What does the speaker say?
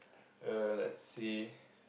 err let's see